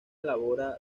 elabora